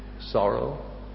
sorrow